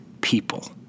people